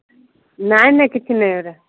ନାହିଁ ନାଇଁ କିଛି ନାଇଁ ଏଗୁଡ଼ା